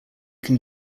can